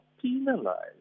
penalized